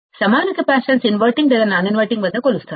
సమాన capacitance inverting లేదా non inverting వద్ద కొలుస్తారు